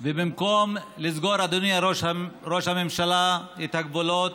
ובמקום לסגור, אדוני ראש הממשלה, את הגבולות,